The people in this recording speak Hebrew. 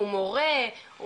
מורה,